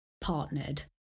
partnered